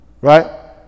right